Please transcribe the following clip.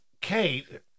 Kate